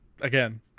Again